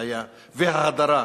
האפליה וההדרה,